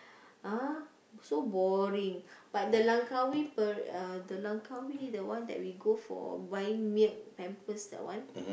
uh so boring but the Langkawi per~ uh the Langkawi the one we go for buying milk pampers that one